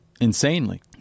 Insanely